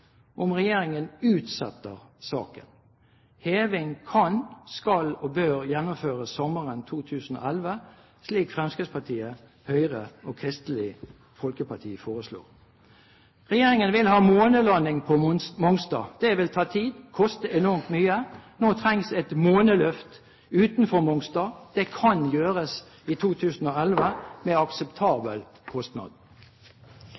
om regjeringen utsetter saken. Heving kan, skal og bør gjennomføres sommeren 2011, slik Fremskrittspartiet, Høyre og Kristelig Folkeparti foreslår. Regjeringen vil ha månelanding på Mongstad. Det vil ta tid og koste enormt mye. Nå trengs et måneløft utenfor Mongstad. Det kan gjøres i 2011 med